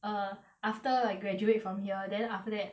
err after I graduate from here then after that